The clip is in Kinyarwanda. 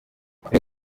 rayon